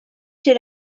chez